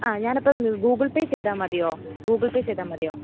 ആ ഞാൻ അപ്പം ഗൂഗിൾ പേ ചെയ്താൽ മതിയോ ഗൂഗിൾ പേ ചെയ്താൽ മതിയോ